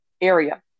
area